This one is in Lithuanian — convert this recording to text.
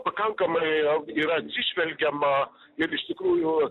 pakankamai yra atsižvelgiama ir iš tikrųjų